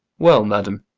well, madam.